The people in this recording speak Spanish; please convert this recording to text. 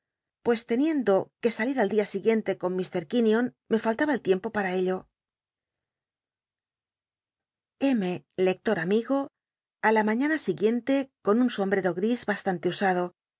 pues teniendo que salir al dia sigu iente con ih quinion me faltabncl tiempo pam ello hémc lector ami go ü la mañann siguien te con un sombrero gris bastante usado